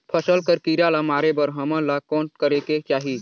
फसल कर कीरा ला मारे बर हमन ला कौन करेके चाही?